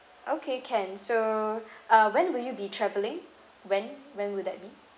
okay can so uh when will you be travelling when when will that be